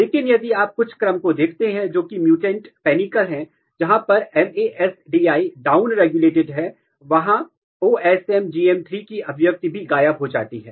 लेकिन यदि आप कुछ क्रम को देखते हैं जो कि म्युटेंट पेनिकल है जहां पर MASDI डाउन रेगुलेटेड है वहां OsMGH3 की अभिव्यक्ति भी गायब हो जाती है